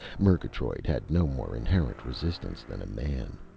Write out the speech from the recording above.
murgatroyd had no more inherent resistance than a man.